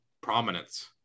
prominence